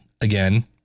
again